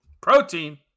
Protein